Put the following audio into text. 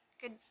Good